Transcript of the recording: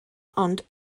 ond